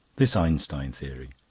this einstein theory.